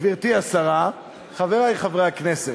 גברתי השרה, חברי חברי הכנסת,